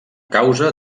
causa